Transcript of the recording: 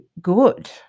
good